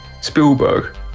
Spielberg